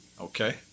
Okay